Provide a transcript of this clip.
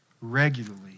regularly